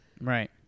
Right